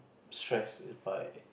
stress is by